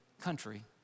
country